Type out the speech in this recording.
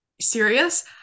serious